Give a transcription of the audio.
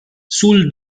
sul